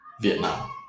Vietnam